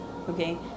Okay